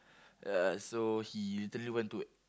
ya so he literally went to